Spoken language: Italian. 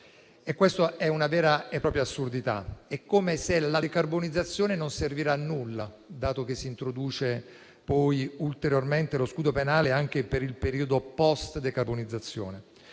Questa è una vera e propria assurdità: è come se la decarbonizzazione non servisse a nulla, dato che si introduce poi lo scudo penale anche per il periodo post-decarbonizzazione.